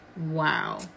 wow